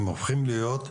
הם הופכים להיות,